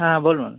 হ্যাঁ বলুন